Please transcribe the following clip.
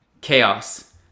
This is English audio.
chaos